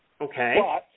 Okay